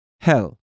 hell